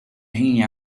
hanging